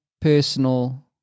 personal